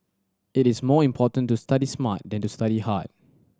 it is more important to study smart than to study hard